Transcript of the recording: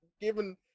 given